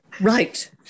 Right